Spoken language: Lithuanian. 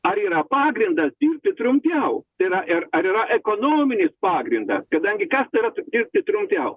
ar yra pagrindas dirbti trumpiau tai yra ir ar yra ekonominis pagrindas kadangi kas tai yra d dirbti trumpiau